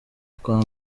twa